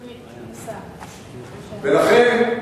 ולכן,